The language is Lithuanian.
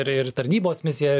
ir ir tarnybos misiją